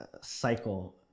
cycle